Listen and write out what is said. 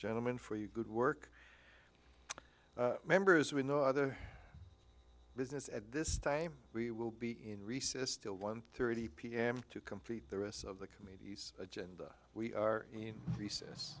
gentlemen for your good work members with no other business at this time we will be in recess until one thirty p m to complete the rest of the committee's agenda we are in recess